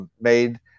made